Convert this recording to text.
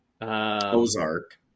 Ozark